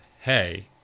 hey